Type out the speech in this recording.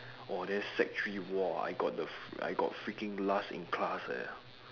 oh then sec three !wah! I got the f~ I got freaking last in class eh